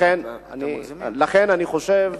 לכן אני חושב,